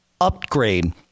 upgrade